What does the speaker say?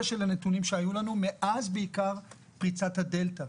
של הנתונים שהיו לנו מאז פריצת הדלתא.